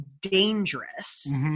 dangerous